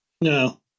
No